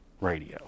radio